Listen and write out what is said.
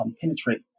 penetrate